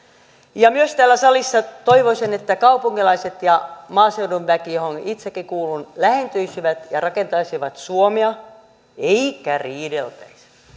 myös toivoisin että täällä salissa kaupunkilaiset ja maaseudun väki johon itsekin kuulun lähentyisivät ja rakentaisivat suomea eikä riideltäisi